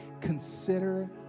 Consider